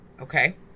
Okay